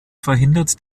verhindert